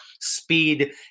speed